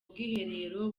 bwiherero